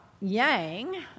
yang